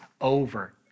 over